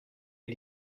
est